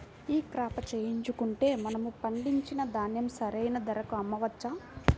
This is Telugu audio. ఈ క్రాప చేయించుకుంటే మనము పండించిన ధాన్యం సరైన ధరకు అమ్మవచ్చా?